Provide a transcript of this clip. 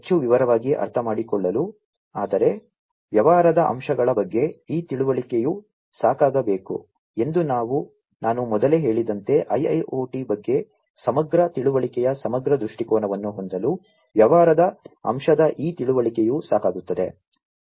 ಹೆಚ್ಚು ವಿವರವಾಗಿ ಅರ್ಥಮಾಡಿಕೊಳ್ಳಲು ಆದರೆ ವ್ಯವಹಾರದ ಅಂಶಗಳ ಬಗ್ಗೆ ಈ ತಿಳುವಳಿಕೆಯು ಸಾಕಾಗಬೇಕು ಎಂದು ನಾನು ಮೊದಲೇ ಹೇಳಿದಂತೆ IIoT ಬಗ್ಗೆ ಸಮಗ್ರ ತಿಳುವಳಿಕೆಯ ಸಮಗ್ರ ದೃಷ್ಟಿಕೋನವನ್ನು ಹೊಂದಲು ವ್ಯವಹಾರದ ಅಂಶದ ಈ ತಿಳುವಳಿಕೆಯು ಸಾಕಾಗುತ್ತದೆ